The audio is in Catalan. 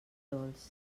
dolç